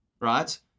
right